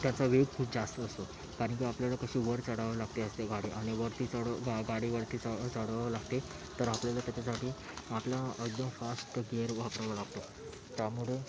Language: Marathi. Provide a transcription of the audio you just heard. त्यांचा वेग खूप जास्त असतो कारण की आपल्याला कसं वर चढावं लागते असते गाडी आणि वरती चढ गाडी वरती गाडी वरती चढवावं लागते तर आपल्याला त्याच्यासाठी आपला एकदम फास्ट गेर वापरावा लागतो त्यामुळे